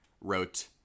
wrote